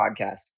podcast